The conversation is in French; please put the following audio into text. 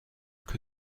que